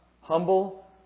humble